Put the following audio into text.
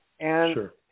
Sure